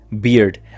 beard